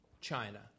China